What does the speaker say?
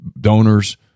donors